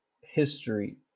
history